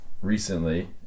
recently